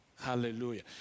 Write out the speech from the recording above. Hallelujah